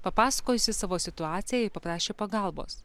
papasakojusi savo situaciją ji paprašė pagalbos